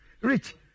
Rich